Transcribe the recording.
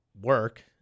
work